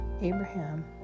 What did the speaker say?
Abraham